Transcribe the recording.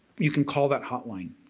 you can call that hotline.